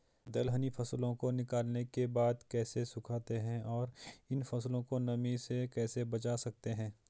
दलहनी फसलों को निकालने के बाद कैसे सुखाते हैं और इन फसलों को नमी से कैसे बचा सकते हैं?